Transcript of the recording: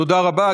תודה רבה.